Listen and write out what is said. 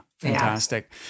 fantastic